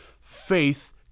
Faith